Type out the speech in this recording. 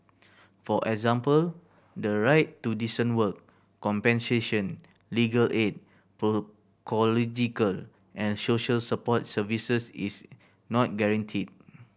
for example the right to decent work compensation legal aid and social support services is not guaranteed